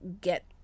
get